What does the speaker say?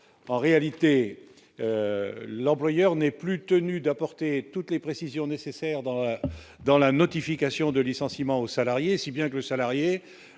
en réalité, l'employeur n'est plus tenu d'apporter toutes les précisions nécessaires dans dans la notification de licenciement aux salariés, si bien que le salarié